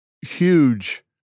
huge